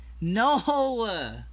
No